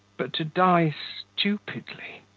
but to die stupidly,